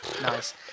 nice